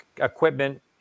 equipment